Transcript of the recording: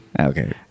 Okay